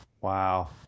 Wow